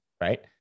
right